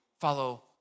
follow